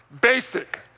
basic